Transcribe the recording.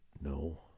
No